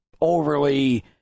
overly